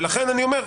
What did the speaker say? ולכן אני אומר: